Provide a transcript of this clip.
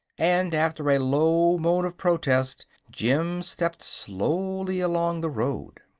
and after a low moan of protest jim stepped slowly along the road.